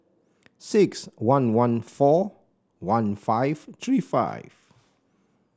six one one four one five three five